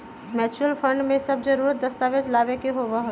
mutual fund में सब जरूरी दस्तावेज लगावे के होबा हई